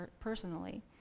personally